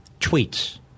tweets